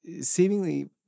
seemingly